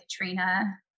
Katrina